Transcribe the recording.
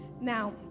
Now